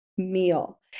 meal